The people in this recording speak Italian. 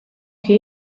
che